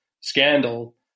scandal